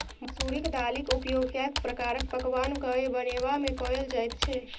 मसुरिक दालिक उपयोग कैक प्रकारक पकवान कए बनेबामे कएल जाइत छै